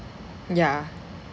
mm yeah